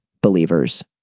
believers